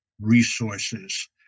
resources